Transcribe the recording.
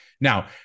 Now